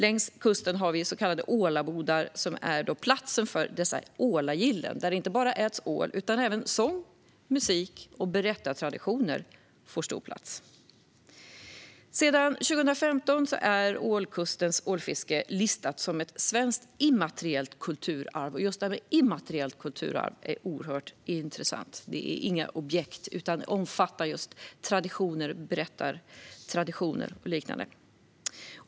Längs kusten har vi så kallade ålabodar, vilka utgör platsen för de ålagillen där det inte bara äts ål utan där även sång, musik och berättartraditionen tar stor plats. Sedan 2015 är ålkustens ålfiske listat som ett svenskt immateriellt kulturarv. Just detta med immateriellt är oerhört intressant; det handlar alltså inte om objekt utan omfattar just traditioner, berättelser och liknande.